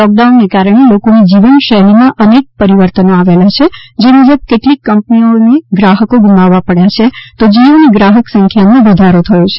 lockdown ને કારણે લોકોની જીવન શૈલીમાં અનેક પરિવર્તનો આવેલા છે જે મુજબ કેટલીક કંપનીઓને ગ્રાહકો ગુમાવવા પડ્યા છે તો જિયો ની ગાહક સંખ્યામાં વધારો થયો છે